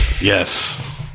yes